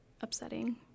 upsetting